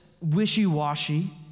wishy-washy